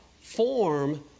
form